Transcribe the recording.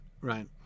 right